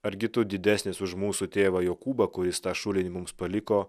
argi tu didesnis už mūsų tėvą jokūbą kuris tą šulinį mums paliko